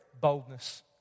Boldness